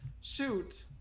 Shoot